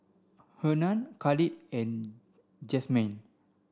Hernan Khalid and Jazmyne